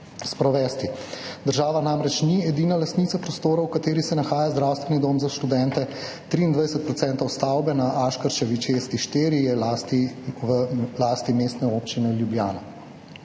sprovesti. Država namreč ni edina lastnica prostora, v kateri se nahaja zdravstveni dom za študente, 23 % stavbe na Aškerčevi cesti 4 je v lasti Mestne občine Ljubljana.